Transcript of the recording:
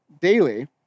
daily